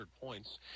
points